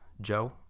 Joe